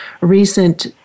recent